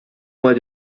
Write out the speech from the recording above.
mois